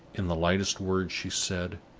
in the lightest word she said,